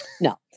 No